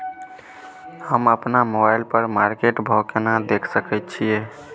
हम अपन मोबाइल पर मार्केट भाव केना देख सकै छिये?